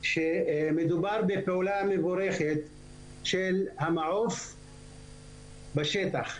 שמדובר בפעולה מבורכת של המעוף בשטח.